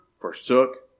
forsook